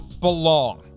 belong